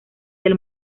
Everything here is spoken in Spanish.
del